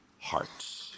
hearts